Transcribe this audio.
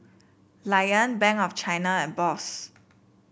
Lion Bank of China and Bosch